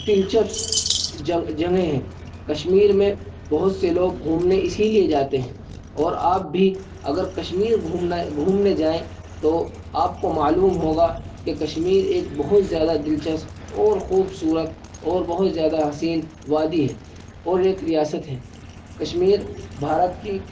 دلچپس جگہیں ہیں کشمیر میں بہت سے لوگ گھومنے اسی لیے جاتے ہیں اور آپ بھی اگر کشمیر گھومنا گھومنے جائیں تو آپ کو معلوم ہوگا کہ کشمیر ایک بہت زیادہ دلچسپ اور خوبصورت اور بہت زیادہ حسین وادی ہے اور ایک ریاست ہے کشمیر بھارت کی